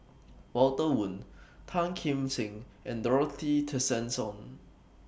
Walter Woon Tan Kim Seng and Dorothy Tessensohn